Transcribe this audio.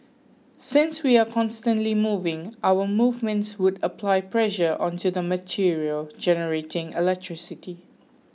since we are constantly moving our movements would apply pressure onto the material generating electricity